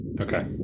okay